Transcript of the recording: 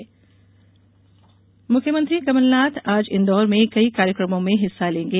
कमलनाथ इन्दौर मुख्यमंत्री कमलनाथ आज इंदौर में कई कार्यकमों में हिस्सा लेंगे